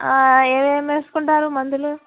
ఏమేమి వేసుకుంటారు మందులు